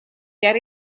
get